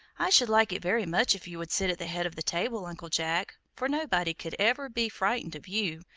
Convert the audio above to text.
i should like it very much if you would sit at the head of the table, uncle jack, for nobody could ever be frightened of you,